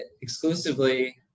exclusively